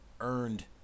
earned